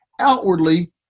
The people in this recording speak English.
outwardly